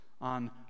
on